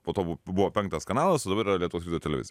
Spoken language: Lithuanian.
po to bu buvo penktas kanalas o dabar yra lietuvos ryto televizija